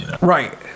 Right